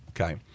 Okay